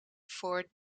voor